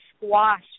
squash